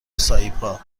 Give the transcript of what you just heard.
سایپا